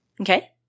okay